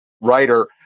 writer